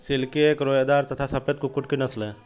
silkie एक रोएदार तथा सफेद कुक्कुट की नस्ल है